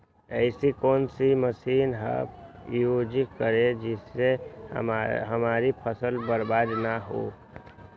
ऐसी कौन सी मशीन हम यूज करें जिससे हमारी फसल बर्बाद ना हो?